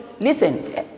Listen